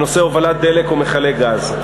בנושא הובלת דלק ומכלי גז.